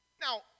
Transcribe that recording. Now